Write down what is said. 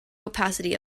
opacity